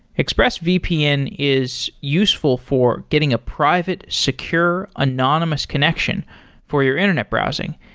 expressvpn is useful for getting a private, secure, anonymous connection for your internet browsing.